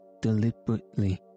deliberately